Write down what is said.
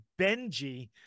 Benji